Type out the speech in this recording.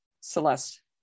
Celeste